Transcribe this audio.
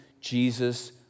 Jesus